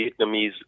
vietnamese